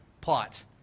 plot